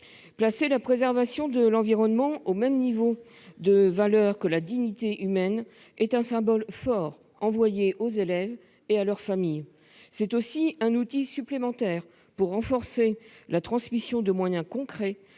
Placer la préservation de l'environnement au même niveau de valeur que la dignité humaine est un symbole fort envoyé aux élèves et à leur famille. C'est aussi un outil supplémentaire, afin de renforcer la transmission de moyens concrets